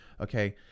okay